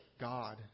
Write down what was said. God